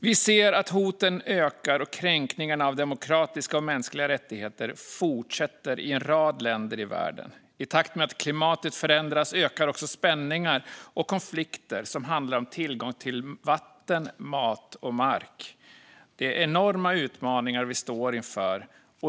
Vi ser att hoten ökar och att kränkningarna av demokratiska och mänskliga rättigheter fortsätter i en rad länder i världen. I takt med att klimatet förändras ökar också spänningar och konflikter som handlar om tillgång till vatten, mat och mark. Det är enorma utmaningar vi står inför.